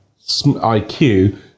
IQ